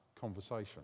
conversation